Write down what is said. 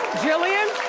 jillian.